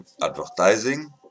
advertising